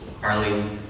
Carly